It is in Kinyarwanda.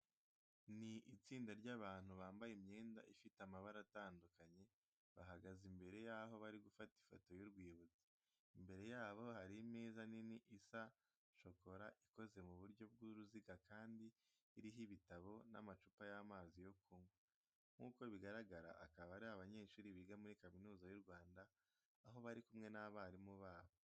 Ni itsinda ry'abantu bambaye imyenda ifite amabara atandukanye, bahagaze imbere aho bari gufata ifoto y'urwibutso. Imbere yabo hari imeza nini isa shokora, ikoze mu buryo bw'uruziga kandi iriho ibitabo n'amacupa y'amazi yo kunywa. Nk'uko bigaragara akaba ari abanyeshuri biga muri Kaminuza y'u Rwanda, aho bari kumwe n'abarimu babo.